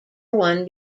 one